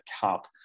Cup